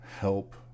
help